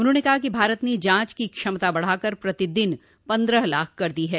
उन्होंने कहा कि भारत ने जांच की क्षमता बढ़ा कर प्रतिदिन पंद्रह लाख कर दी है